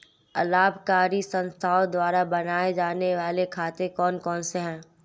अलाभकारी संस्थाओं द्वारा बनाए जाने वाले खाते कौन कौनसे हैं?